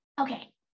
Okay